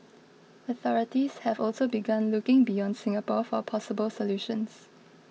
authorities have also begun looking beyond Singapore for possible solutions